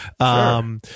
sure